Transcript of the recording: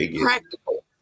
practical